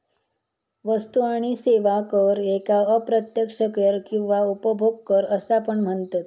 वस्तू आणि सेवा कर ह्येका अप्रत्यक्ष कर किंवा उपभोग कर असा पण म्हनतत